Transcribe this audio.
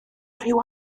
rhyw